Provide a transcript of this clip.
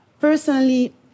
personally